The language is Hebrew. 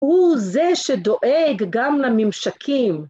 ‫הוא זה שדואג גם לממשקים.